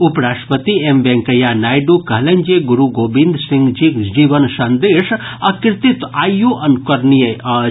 उप राष्ट्रपति एम वेंकैया नायड् कहलनि जे गुरू गोविंद सिंह जीक जीवन संदेश आ कृतित्व आइयो अनुकरणीय अछि